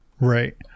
Right